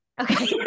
okay